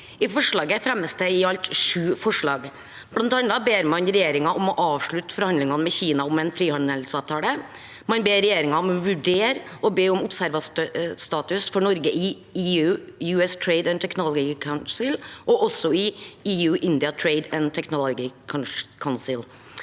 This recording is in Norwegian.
I forslaget fremmes det i alt sju forslag. Blant annet ber man regjeringen om å avslutte forhandlingene med Kina om en frihandelsavtale. Man ber regjeringen vurdere å be om observatørstatus for Norge i EU-US Trade and Technology Council og i EU-India Trade and Technology Council.